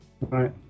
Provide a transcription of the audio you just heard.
right